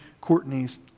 Courtney's